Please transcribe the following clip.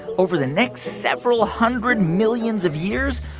over the next several hundred millions of years,